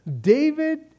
David